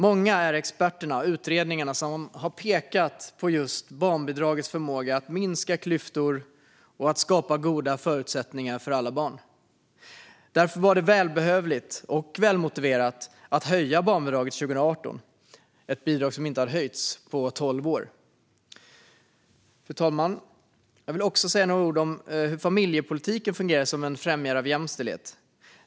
Många är experterna och utredningarna som har pekat på just barnbidragets förmåga att minska klyftor och skapa goda förutsättningar för alla barn. Därför var det både välbehövligt och välmotiverat att höja barnbidraget 2018 som då inte hade höjts på tolv år. Fru talman! Jag vill också säga några ord om hur familjepolitiken fungerar som en främjare av jämställdhet.